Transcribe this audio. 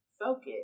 focus